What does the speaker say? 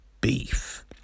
beef